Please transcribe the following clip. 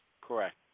Correct